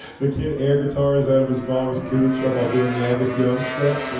the kid air guitar is out of his mom's cuch, or while doing the angus young step. and